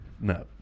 No